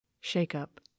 Shake-Up